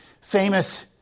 Famous